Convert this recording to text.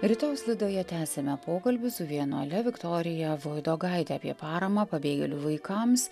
rytojaus laidoje tęsiame pokalbį su vienuole viktorija voidogaite apie paramą pabėgėlių vaikams